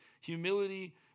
humility